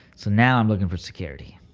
so now i'm looking for security